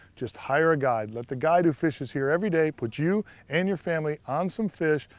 just hire a guide. let the guide who fishes here every day put you and your family on some fish.